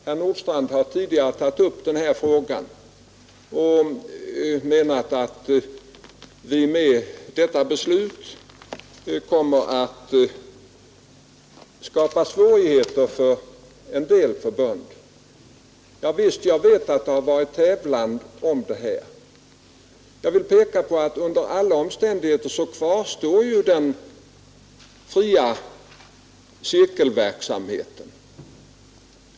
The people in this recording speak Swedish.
Herr Nordstrandh har tidigare tagit upp den här frågan och menat att vi med detta beslut kommer att skapa svårigheter för en del förbund. Ja visst, jag vet att det har varit tävlan om det här. Jag vill peka på att under alla omständigheter kvarstår ju den fria cirkelverksamheten.